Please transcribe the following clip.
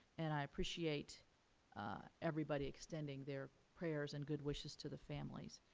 and i appreciate everybody extending their prayers and good wishes to the families.